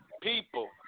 people